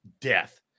death